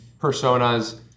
personas